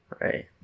right